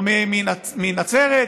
או מנצרת,